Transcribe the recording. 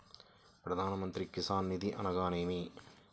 ప్రధాన మంత్రి కిసాన్ నిధి అనగా నేమి?